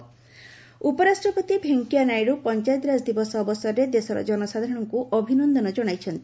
VP Panchayati Raj day ଉପରାଷ୍ଟ୍ରପତି ଭେଙ୍କିୟା ନାଇଡୁ ପଞ୍ଚାୟତିରାଜ ଦିବସ ଅବସରରେ ଦେଶର ଜନସାଧାରଣଙ୍କୁ ଅଭିନନ୍ଦନ ଜଣାଇଛନ୍ତି